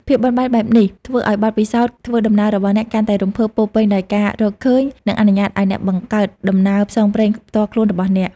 ភាពបត់បែននេះធ្វើឱ្យបទពិសោធន៍ធ្វើដំណើររបស់អ្នកកាន់តែរំភើប ពោរពេញដោយការរកឃើញ និងអនុញ្ញាតឱ្យអ្នកបង្កើតដំណើរផ្សងព្រេងផ្ទាល់ខ្លួនរបស់អ្នក។